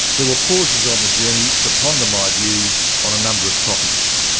there were pauses on the journey to ponder my views on a number of topics,